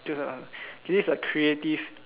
choose that one this is a creative